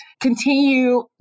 continue